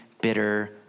bitter